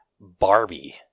Barbie